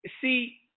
See